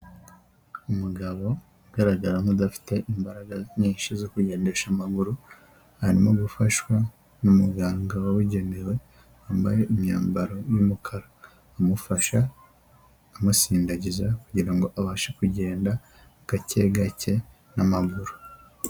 Umugabo ugaragara nk'udafite imbaraga nyinshi zo kugendesha amaguru, arimo gufashwa n'Umuganga wabugenewe wambaye imyambaro y'umukara amufasha, amusindagiza kugira ngo abashe kugenda gake gake n'amaguru.